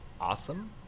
awesome